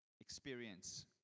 experience